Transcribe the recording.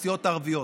הסיעות הערביות: